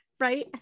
Right